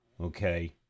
okay